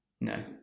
No